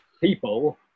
people